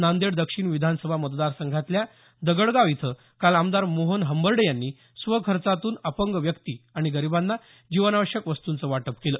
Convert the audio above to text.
नांदेड दक्षिण विधानसभा मतदार संघातल्या दगडगाव इथं काल आमदार मोहन हंबर्डे यांनी स्वखर्चातून अपंग व्यक्ती आणि गरीबांना जीवनावश्यक वस्तूंचं वाटप केलं